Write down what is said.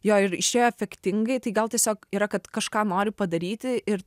jo ir išėjo efektingai tai gal tiesiog yra kad kažką nori padaryti ir